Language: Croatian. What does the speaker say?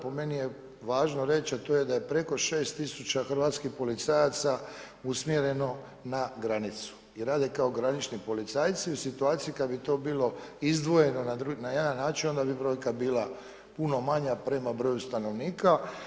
Po meni je važno reći, a to je da je preko 6000 hrvatskih policajaca usmjereno na granicu i rade kao granični policajci u situaciji kad bi to bilo izdvojeno na jedan način, onda bi brojka bila puno manja prema broju stanovnika.